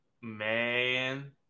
man